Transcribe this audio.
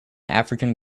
african